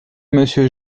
monsieur